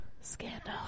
Scandal